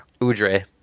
Udre